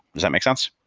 does that make sense?